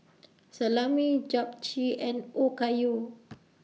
Salami Japchae and Okayu